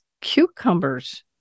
cucumbers